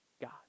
god